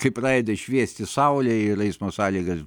kai pradeda šviesti saulė ir eismo sąlygas